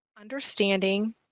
understanding